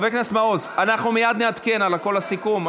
מעוז, מייד נעדכן על כל הסיכום.